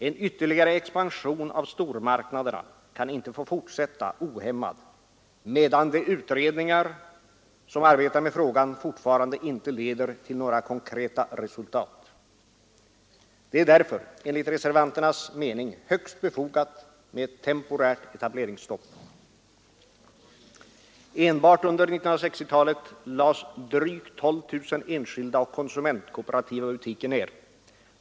En ytterligare expansion av stormarknaderna kan inte få fortsätta ohämmat medan de utredningar som arbetar med frågan fortfarande inte leder till några konkreta resultat. Det är därför enligt reservanternas mening högst befogat med ett temporärt etableringsstopp. Enbart under 1960-talet lades drygt 12 000 enskilda och konsumentkooperativa butiker ned.